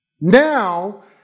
Now